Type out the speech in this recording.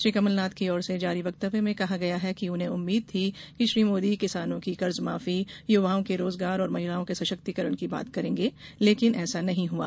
श्री कमलनाथ की ओर से जारी वक्तव्य में कहा गया है कि उन्हें उम्मीद थी कि श्री मोदी किसानों की कर्जमाफी युवाओं के रोजगार और महिलाओं के सशक्तिकरण की बात करेंगे लेकिन ऐसा नहीं हुआ